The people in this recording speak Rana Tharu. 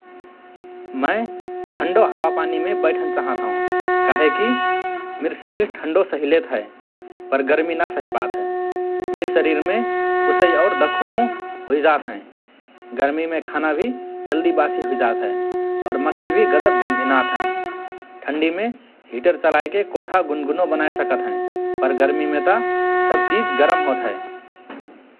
मए ठन्डो हावापानीमे बैठन चाहत हओं । काहेकी मिर शरीर ठन्डो सहिलेत हए पर गर्मी न सहिपात हए । मिर शरीरमे उसइ और दखुनो हुइजात हए । गर्मीमे खाना भि जल्दि वासी हुइजात हए और मख्खी भि गजब भिनभिनात हएँ । ठन्डीमे हिटर चलाएके कोठा गुनगुनो बनाए सकत हएँ पर गर्मीमे त सब चिज गरम होत हए ।